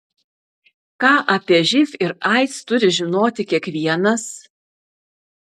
ką apie živ ir aids turi žinoti kiekvienas